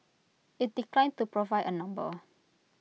IT declined to provide A number